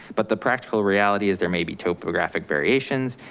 but the practical reality is there may be topographic variations,